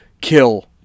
kill